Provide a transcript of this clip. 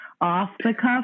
off-the-cuff